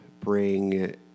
bring